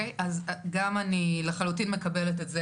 גם אני לחלוטין מקבל את זה,